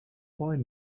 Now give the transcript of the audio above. boy